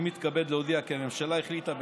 אני מתכבד להודיע כי הממשלה החליטה,